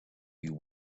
you